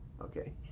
Okay